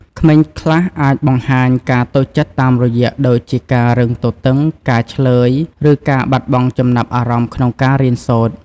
ក្មេងខ្លះអាចបង្ហាញការតូចចិត្តតាមរយៈដូចជាការរឹងទទឹង ការឈ្លើយ ឬការបាត់បង់ចំណាប់អារម្មណ៍ក្នុងការរៀនសូត្រ។